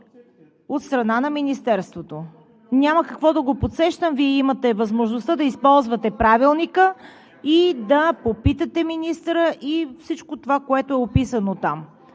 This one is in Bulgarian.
от страна на Министерството. Няма какво да го подсещам. Вие имате възможността да използвате Правилника, да попитате министъра и всичко, което е описано там: